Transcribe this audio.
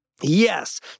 Yes